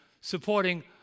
supporting